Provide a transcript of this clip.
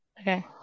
Okay